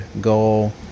goal